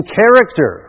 character